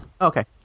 Okay